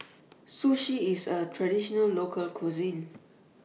Sushi IS A Traditional Local Cuisine